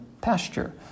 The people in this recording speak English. pasture